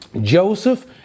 Joseph